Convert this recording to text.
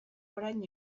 orain